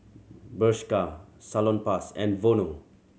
Bershka Salonpas and Vono